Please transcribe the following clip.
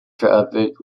traffic